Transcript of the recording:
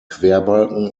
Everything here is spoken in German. querbalken